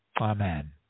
amen